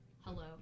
Hello